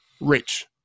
Rich